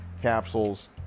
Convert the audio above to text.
capsules